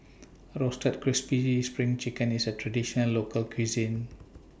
Roasted Crispy SPRING Chicken IS A Traditional Local Cuisine